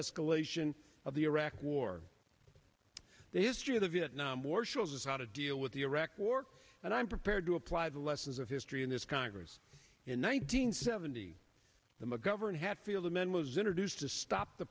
escalation of the iraq war the history of the vietnam war shows us how to deal with the iraq war and i'm prepared to apply the lessons of history in this congress in one thousand nine hundred seventy the mcgovern had feel the man was introduced to stop the